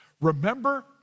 Remember